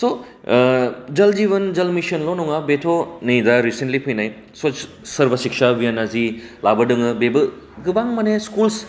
स' ओ जल जीवन मिशनल' नङा बेथ' नै दा रिसेन्टलि फैनाय सर्व शिक्षा अभियान आ जि लाबोदोङो बेबो गोबां माने स्कुल्स